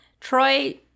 Troy